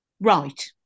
Right